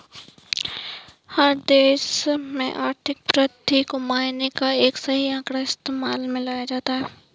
हर एक देश में आर्थिक वृद्धि को मापने का यही एक आंकड़ा इस्तेमाल में लाया जाता है